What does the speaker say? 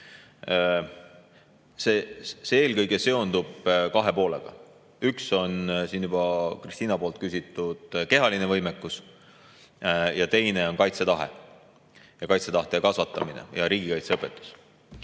See eelkõige seondub kahe poolega. Üks on siin juba Kristina küsitud kehaline võimekus ja teine on kaitsetahe, kaitsetahte kasvatamine ja riigikaitseõpetus.